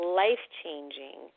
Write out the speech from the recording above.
life-changing